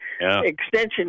extension